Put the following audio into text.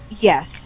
Yes